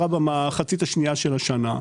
קרה במחצית השנייה של השנה.